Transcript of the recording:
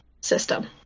system